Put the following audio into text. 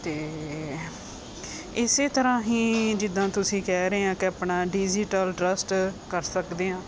ਅਤੇ ਇਸ ਤਰ੍ਹਾਂ ਹੀ ਜਿੱਦਾਂ ਤੁਸੀਂ ਕਹਿ ਰਹੇ ਹਾਂ ਕਿ ਆਪਣਾ ਡਿਜ਼ੀਟਲ ਟਰਸਟ ਕਰ ਸਕਦੇ ਹਾਂ